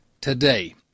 today